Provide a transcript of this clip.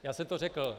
Já jsem to řekl.